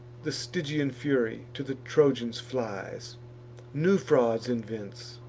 the stygian fury to the trojans flies new frauds invents,